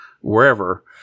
wherever